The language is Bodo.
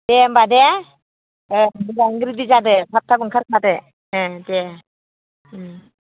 दे होमबा दे ओं मोजाङै रिडि जादो थाब थाब ओंखारखादो ओं दे उम